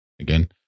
Again